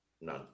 None